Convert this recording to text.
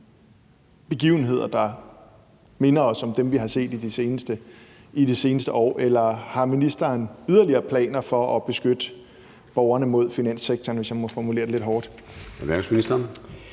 begivenheder, der minder os om dem, vi har set i de seneste år? Eller har ministeren yderligere planer for at beskytte borgerne mod finanssektoren, hvis jeg må formulere det lidt hårdt?